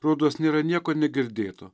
rodos nėra nieko negirdėto